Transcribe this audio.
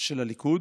של הליכוד